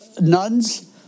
nuns